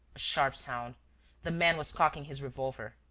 sharp sound the man was cocking his revolver.